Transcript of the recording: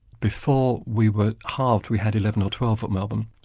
before we were halved, we had eleven or twelve at melbourne.